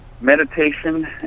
meditation